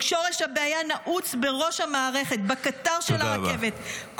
שורש הבעיה נעוץ בראש המערכת, בקטר של הרכבת.